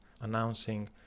announcing